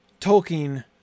Tolkien